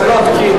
סולודקין,